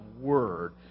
Word